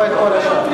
לא את כל השאר.